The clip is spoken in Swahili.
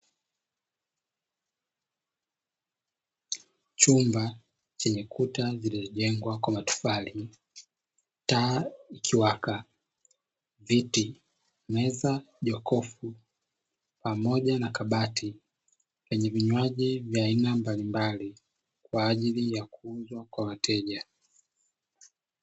Chumba chenye kuta zilizojengwa kwa matofali taa ikiwaka viti, meza, jokofu, pamoja na kabati lenye vinywaji vya aina mbalimbali kwa ajili ya kuuzwa kwa wateja.